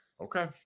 Okay